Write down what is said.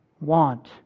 want